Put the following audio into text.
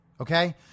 Okay